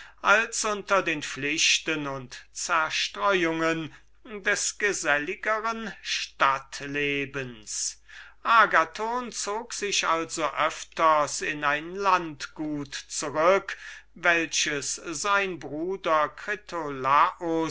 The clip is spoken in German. als unter den pflichten und zerstreuungen des geselligern stadt-lebens agathon zog sich also öfters in ein landgut zurück welches sein bruder